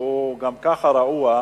שגם כך הוא רעוע,